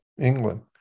England